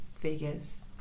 Vegas